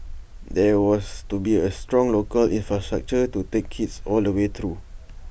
there was to be A strong local infrastructure to take kids all the way through